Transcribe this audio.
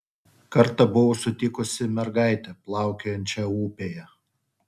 kartą buvau sutikusi mergaitę plaukiojančią upėje